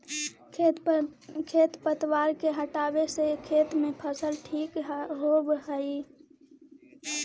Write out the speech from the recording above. खेर पतवार के हटावे से खेत में फसल ठीक होबऽ हई